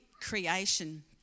creation